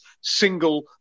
single